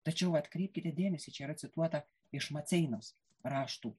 tačiau atkreipkite dėmesį čia yra cituota iš maceinos raštų